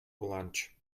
launch